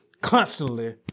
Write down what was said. constantly